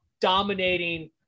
dominating